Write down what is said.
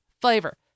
flavor